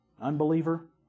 Unbeliever